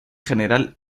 general